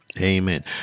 Amen